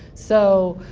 so